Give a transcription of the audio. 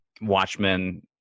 Watchmen